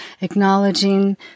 acknowledging